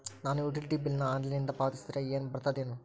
ನಾನು utility bill ನ ಆನ್ಲೈನಿಂದ ಪಾವತಿಸಿದ್ರ ಬರ್ತದೇನು?